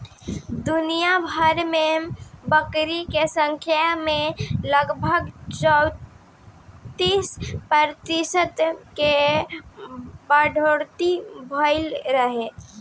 दुनियाभर में बकरी के संख्या में लगभग चौंतीस प्रतिशत के बढ़ोतरी भईल रहे